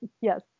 yes